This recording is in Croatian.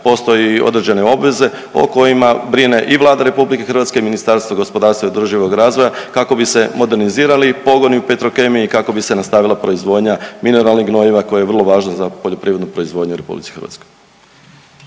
postoje i određene obveze o kojima brine i Vlada Republike Hrvatske i Ministarstvo gospodarstva i održivog razvoja kako bi se modernizirali pogoni u Petrokemiji, kako bi se nastavila proizvodnja mineralnih gnojiva koja je vrlo važna za poljoprivrednu proizvodnju u Republici Hrvatskoj.